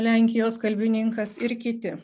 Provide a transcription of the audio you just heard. lenkijos kalbininkas ir kiti